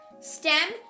STEM